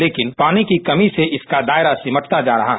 लेकिन पानी की कमी से इसका दायरा सिमटता जा रहा है